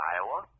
Iowa